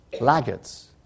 laggards